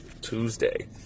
Tuesday